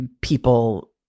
people